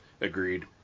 Agreed